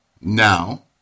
now